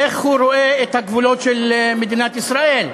איך הוא רואה את הגבולות של מדינת ישראל.